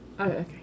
okay